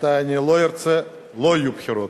ומתי שאני לא ארצה לא יהיו בחירות.